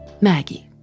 Maggie